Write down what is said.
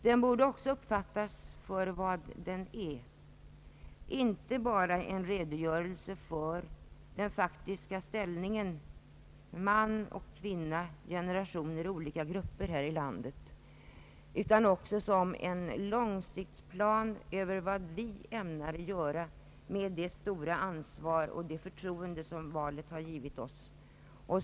Den borde också uppfattas som vad den är: inte bara en redogörelse för den faktiska ställningen mellan män och kvinnor och olika generationer och grupper här i landet, utan också en långsiktsplan över vad vi ämnar göra med det stora ansvar och det förtroende, som valet har givits oss.